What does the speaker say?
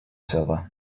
server